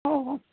हो हो